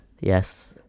Yes